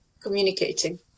communicating